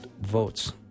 votes